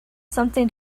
something